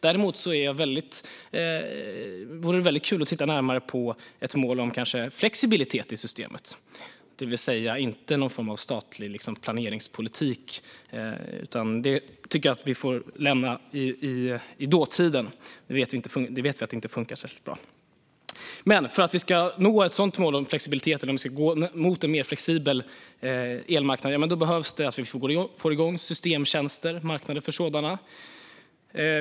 Däremot vore det kul att titta närmare på ett mål för flexibilitet i systemet, det vill säga inte någon form av statlig planeringspolitik. Det tycker jag att vi får lämna i dåtiden; vi vet att det inte funkar särskilt bra. För att vi ska nå ett mål för flexibilitet och gå mot en mer flexibel elmarknad behövs att vi får igång systemtjänster och marknaden för sådana.